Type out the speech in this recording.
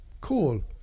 cool